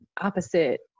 opposite